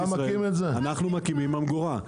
אנחנו מקימים ממגורה.